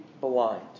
blind